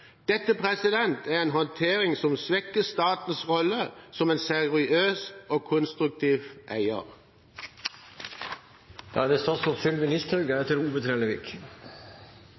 Dette er en håndtering som svekker statens rolle som en seriøs og konstruktiv eier. Det var ikke måte på hvor galt det